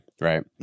right